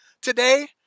today